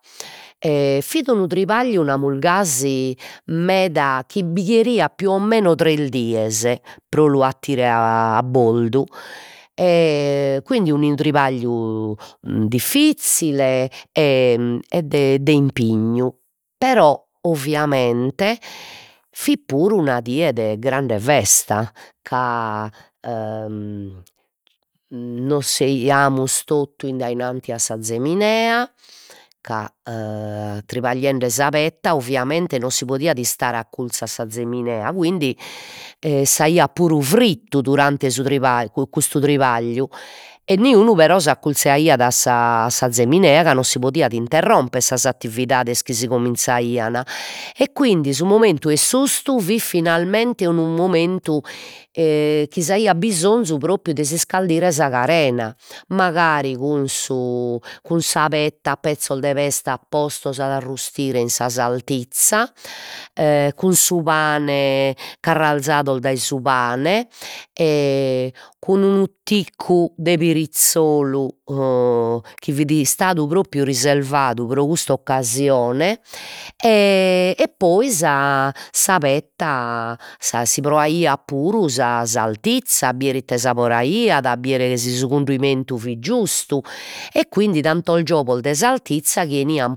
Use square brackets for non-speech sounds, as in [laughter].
[hesitation] fit unu tribagliu namus gasi meda chi bi cheriat tres dies pro lu 'attire a a boldu e quindi unu tribagliu [hesitation] diffizzile e de de impignu, però ovviamente fit puru una die de grande festa ca [hesitation] nos seiamus totu addainanti a sa ziminea, ca [hesitation] tribagliende sa petta ovviamente non si podiat istare acculzu a sa ziminea, quindi e s'aiat puru frittu durante su [unintelligible] custu tribagliu e niunu però s'acculziaiat a sa a sa ziminea ca non si podian interrumpere sas attividades chi si cominzaian e quindi su momentu 'e s''ustu fit finalmente unu momentu [hesitation] chi s'aiat bisonzu propriu de s'iscaldire sa carena, magari cun su cun sa petta pezzos de petta postos a arrustire in sa saltizza [hesitation] cun su pane carralzados dai su pane [hesitation] cun unu ticcu de pirizzolu o chi fit istadu propriu reservadu pro cust'occasione [hesitation] e poi sa sa petta sa si proaiat puru sa saltizza a bider ite sabore aiat a bider si su cundimentu fit giustu e quindi tantos giogos de saltizza chi 'enian